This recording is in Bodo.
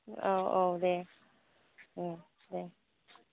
औ औ दे दे